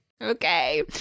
Okay